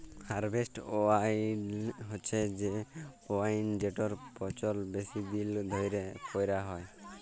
harvest ওয়াইন হছে সে ওয়াইন যেটর পচল বেশি দিল ধ্যইরে ক্যইরা হ্যয়